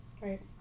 Right